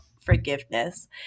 forgiveness